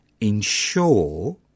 ensure